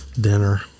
dinner